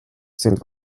sind